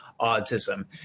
autism